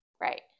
Right